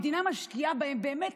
המדינה משקיעה בהם באמת